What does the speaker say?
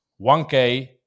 1K